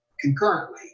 concurrently